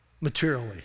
materially